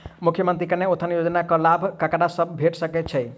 मुख्यमंत्री कन्या उत्थान योजना कऽ लाभ ककरा सभक भेट सकय छई?